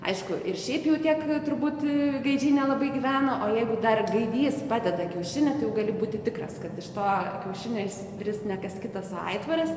aišku ir šiaip jau tiek turbūt gaidžiai nelabai gyveno o jeigu dar gaidys padeda kiaušinį tai gali būti tikras kad iš to kiaušinio išsiris ne kas kitas o aitvaras